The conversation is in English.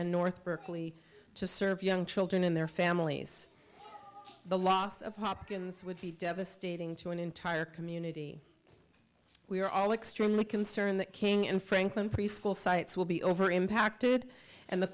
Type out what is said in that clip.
and north berkeley to serve young children and their families the loss of hopkins would be devastating to an entire community we are all extremely concerned that king and franklin preschool sites will be over impacted and the